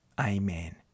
Amen